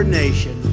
nation